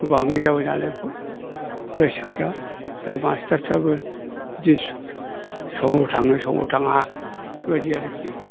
गोबां जाबायनालाय फरायसाफ्रा दा मास्टारफ्राबो बिदि समाव थाङो समाव थाङा बेफोरबायदि आरोखि